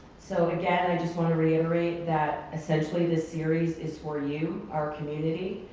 so again, i just want to reiterate that essentially this series is for you, our community.